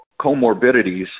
comorbidities